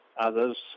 others